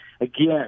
Again